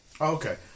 Okay